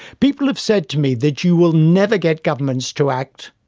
people have said to me that you will never get governments to act